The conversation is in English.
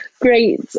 great